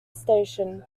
station